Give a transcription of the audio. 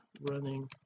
running